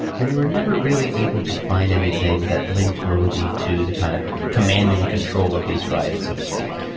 and they were never really able to find anything that linked modi to the kind of command and control of these riots so to speak.